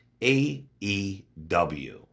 aew